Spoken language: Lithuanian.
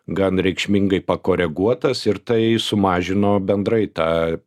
gan reikšmingai pakoreguotas ir tai sumažino bendrai tą